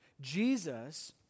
Jesus